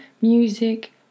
music